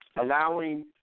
Allowing